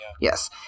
Yes